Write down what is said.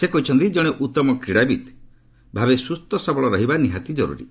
ସେ କହିଛନ୍ତି ଜଣେ ଉତ୍ତମ କ୍ରୀଡ଼ାବିତ୍ ଭାବେ ସୁସ୍ଥସବଳ ରହିବା ନିହାତି ଜରୁରୀ